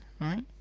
right